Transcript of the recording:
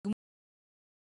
תגמול נצרך,